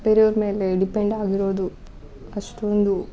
ಬೇರೆಯವ್ರ ಮೇಲೆ ಡಿಪೆಂಡ್ ಆಗಿರೋದು ಅಷ್ಟೊಂದು